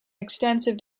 extensive